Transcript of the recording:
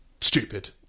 stupid